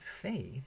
faith